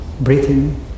breathing